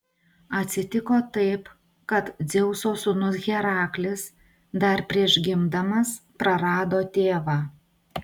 atsitiko taip kad dzeuso sūnus heraklis dar prieš gimdamas prarado tėvą